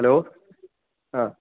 hello ആ